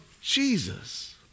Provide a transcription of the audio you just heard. Jesus